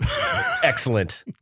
excellent